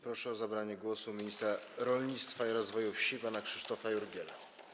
Proszę o zabranie głosu ministra rolnictwa i rozwoju wsi pana Krzysztofa Jurgiela.